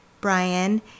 Brian